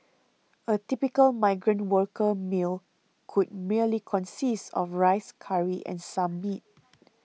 a typical migrant worker meal could merely consist of rice curry and some meat